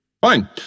Fine